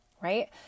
right